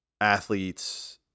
athletes